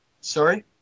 Sorry